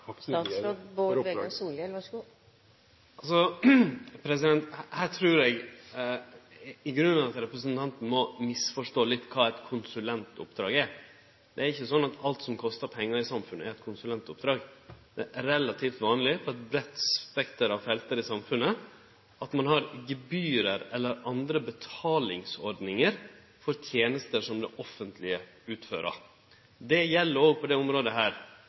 Her trur eg i grunnen at representanten må misforstå litt kva eit konsulentoppdrag er. Det er ikkje sånn at alt som kostar pengar i samfunnet, er eit konsulentoppdrag. Det er relativt vanleg i eit breitt spekter i samfunnet at ein har gebyr eller andre betalingsordningar for tenester som det offentlege utfører. Det gjeld òg på dette området.